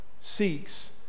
seeks